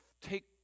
Take